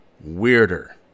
weirder